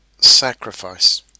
sacrifice